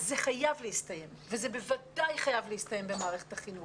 זה חייב להסתיים וזה בוודאי חייב להסתיים במערכת החינוך.